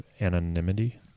anonymity